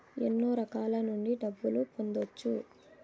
ఎన్నో రకాల నుండి డబ్బులు పొందొచ్చు